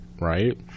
right